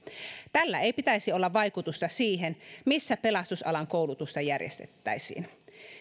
tällä ei pitäisi olla vaikutusta siihen missä pelastusalan koulutusta järjestettäisiin